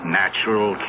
natural